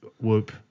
Whoop